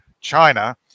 China